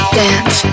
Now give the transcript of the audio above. dance